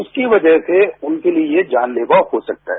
उसकी वजह से उनके लिए ये जानलेवा हो सकता है